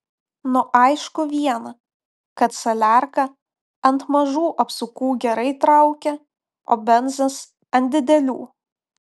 nu aišku viena kad saliarka ant mažų apsukų gerai traukia o benzas ant didelių